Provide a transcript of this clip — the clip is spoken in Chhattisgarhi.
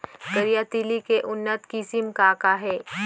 करिया तिलि के उन्नत किसिम का का हे?